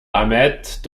ahmet